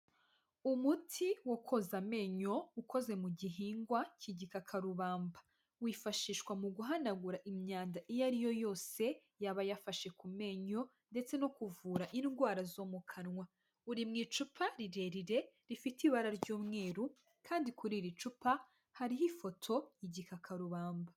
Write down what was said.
Umuti wo koza amenyo ukoze mu gihingwa kigika karubamba wifashishwa mu guhanagura imyanda iyo ari yo yose yaba yafashe ku menyo ndetse no kuvura indwara zo mu kanwa. Uri mu icupa rirerire rifite ibara ry'umweru kandi kuri iri icupa hariho ifoto y'igikakarubamba.